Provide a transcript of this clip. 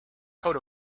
coat